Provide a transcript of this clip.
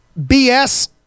BS